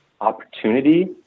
opportunity